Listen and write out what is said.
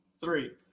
three